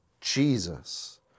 Jesus